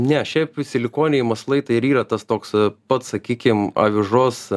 ne šiaip silikoniai masalai tai ir yra tas toks pats sakykim avižos